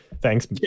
thanks